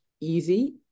easy